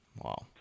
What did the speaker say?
Wow